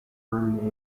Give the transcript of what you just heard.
firm